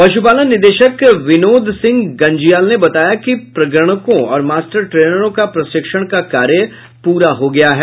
प्रशपालन निदेशक विनोद सिंह गंजियाल ने बताया कि प्रगणकों और मास्टर ट्रेनरों का प्रशिक्षण का कार्य पूरा हो गया है